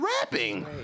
rapping